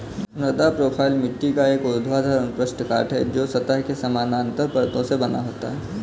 मृदा प्रोफ़ाइल मिट्टी का एक ऊर्ध्वाधर अनुप्रस्थ काट है, जो सतह के समानांतर परतों से बना होता है